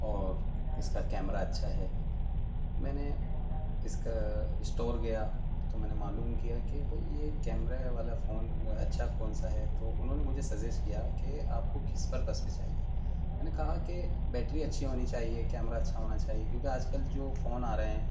اور اس کا کمیرہ اچھا ہے میں نے اس کا اسٹور گیا تو میں نے معلوم کیا کہ بھئی یہ کیمرے والا فون اچھا کون سا ہے تو انہوں نے مجھے سجیسٹ کیا کہ آپ کو کس پرپس پہ چاہیے میں نے کہا کہ بیٹری اچھی ہونی چاہیے کیمرا اچھا ہونا چائیے کیونکہ آج کل جو فون آ رہے ہیں